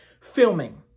filming